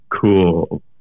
Cool